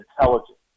intelligence